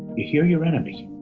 you hear your enemy